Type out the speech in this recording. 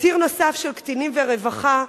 ציר נוסף, של קטינים ורווחה.